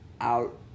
out